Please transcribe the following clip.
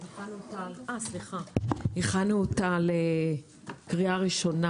הכנו אותה לקריאה ראשונה.